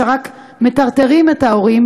שרק מטרטרות את ההורים,